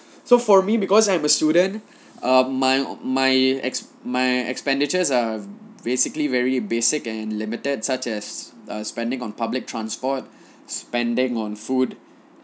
so for me because I am a student err my my ex~ my expenditures are basically very basic and limited such as uh spending on public transport spending on food